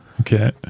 Okay